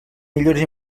millores